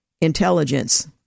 intelligence